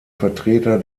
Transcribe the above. vertreter